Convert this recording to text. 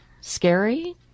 Scary